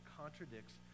contradicts